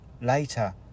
Later